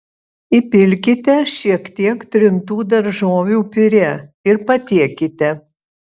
įpilkite šiek tiek trintų daržovių piurė ir patiekite